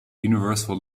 universal